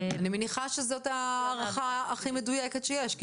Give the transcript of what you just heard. אני מניחה שזאת ההערכה הכי מדויקת שיש כי